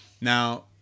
Now